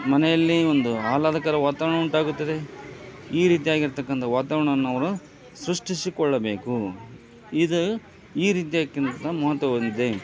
ಮನೆಯಲ್ಲಿ ಒಂದು ಆಹ್ಲಾದಕರ ವಾತಾವರಣ ಉಂಟಾಗುತ್ತದೆ ಈ ರೀತಿಯಾಗಿರ್ತಕ್ಕಂಥ ವಾತಾವರಣವನ್ನು ಅವರು ಸೃಷ್ಟಿಸಿಕೊಳ್ಳಬೇಕು ಇದು ಈ ರೀತಿಯಾಕ್ಯಂಥ ಮಹತ್ವ ಹೊಂದಿದೆ